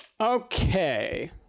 Okay